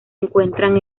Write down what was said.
encuentran